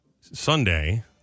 Sunday